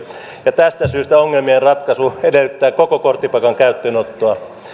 ja tästä syystä ongelmien ratkaisu edellyttää koko korttipakan käyttöönottoa